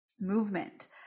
movement